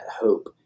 hope